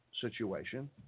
situation